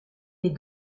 des